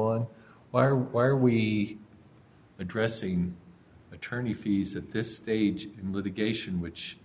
on why or why are we addressing attorney fees at this stage in litigation which